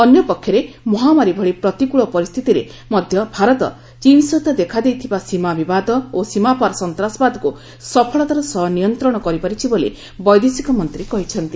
ଅନ୍ୟପକ୍ଷରେ ମହାମାରୀ ଭଳି ପ୍ରତିକୂଳ ପରିସ୍ଥିତିରେ ମଧ୍ୟ ଭାରତ ସୀମାରେ ଚୀନ ସହିତ ଦେଖାଦେଇଥିବା ସୀମା ବିବାଦ ଓ ସୀମାପାର ସନ୍ତାସବାଦକୁ ସଫଳତାର ସହ ନିୟନ୍ତ୍ରଣ କରିପାରିଛି ବୋଲି ବୈଦେଶିକମନ୍ତ୍ରୀ କହିଛନ୍ତି